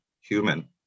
human